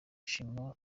shima